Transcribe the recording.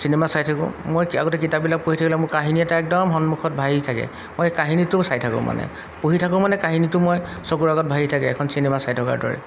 cinema চাই থাকোঁ মই আগতে কিতাপবিলাক পঢ়ি থাকিলে মোৰ কাহিনী এটা একদম সন্মুখত ভাহি থাকে মই কাহিনীটোও চাই থাকোঁ মানে পঢ়ি থাকোঁ মানে কাহিনীটো মই চকুৰ আগত ভাহি থাকে এখন চিনেমা চাই থকাৰ দৰে